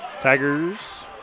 Tigers